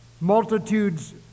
Multitudes